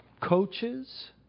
coaches